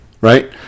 right